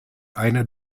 einer